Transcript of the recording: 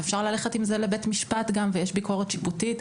אפשר ללכת עם זה לבית משפט ויש ביקורת שיפוטית,